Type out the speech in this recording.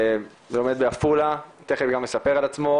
שלומד בעפולה, תיכף גם יספר על עצמו.